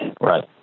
Right